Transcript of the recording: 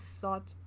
thought